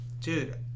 dude